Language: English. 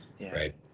right